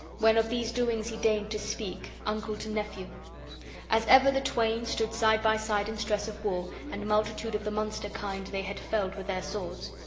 when of these doings he deigned to speak, uncle to nephew as ever the twain stood side by side in stress of war, and multitude of the monster kind they had felled with their swords.